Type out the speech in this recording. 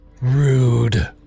rude